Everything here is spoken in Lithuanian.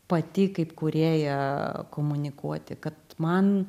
pati kaip kūrėja komunikuoti kad man